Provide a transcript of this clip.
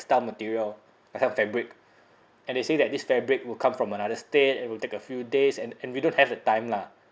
material some kind of fabric and they say that this fabric will come from another state it will take a few days and and we don't have the time lah